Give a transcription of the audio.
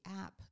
app